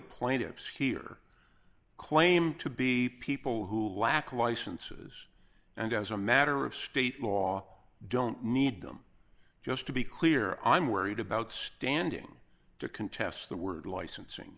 plaintiffs here claim to be people who lack licenses and as a matter of state law don't need them just to be clear i'm worried about standing to contest the word licensing